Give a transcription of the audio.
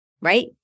right